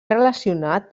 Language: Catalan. relacionat